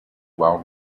while